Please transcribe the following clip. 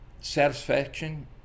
satisfaction